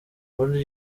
burya